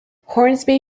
hornsby